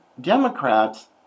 Democrats